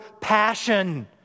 passion